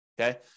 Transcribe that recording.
Okay